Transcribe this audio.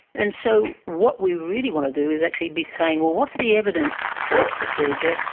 and so what we really want to do is actually be saying, well, what's the evidence for this procedure,